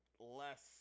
less